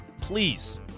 please